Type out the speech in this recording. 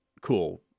Cool